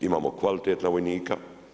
Imamo kvalitetna vojnika.